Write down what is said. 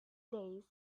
days